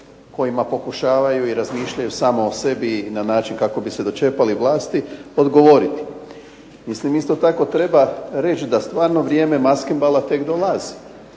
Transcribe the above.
kojima pokušavaju i razmišljaju samo o sebi i na način kako bi se dočepali vlasti odgovoriti. Mislim isto tako treba reći da stvarno vrijeme maskenbala tek dolazi